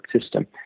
system